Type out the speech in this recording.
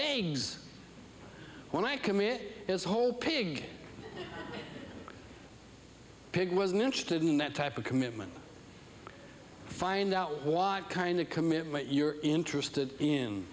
guess when i come it is whole pig pig wasn't interested in that type of commitment find out why it kind of commitment you're interested in